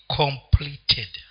completed